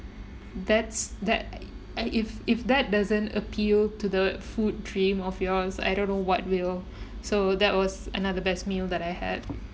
that's that I if if that doesn't appeal to the food dream of yours I don't know what will so that was another best meal that I had